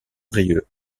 brieuc